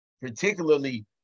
particularly